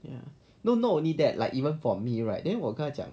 ya no not only that like even for me right then 我他讲